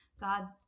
God